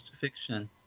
fiction